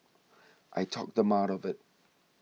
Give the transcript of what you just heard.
I talked them out of it